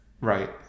Right